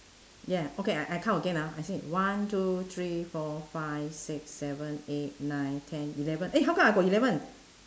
ya okay I I count again ah I said one two three four five six seven eight nine ten eleven eh how come I got eleven